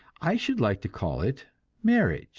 i should like to call it marriage